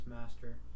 master